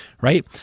right